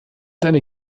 eine